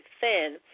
thin